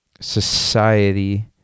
society